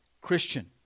Christian